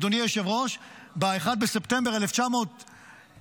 אדוני היושב-ראש, ב-1 בספטמבר 1963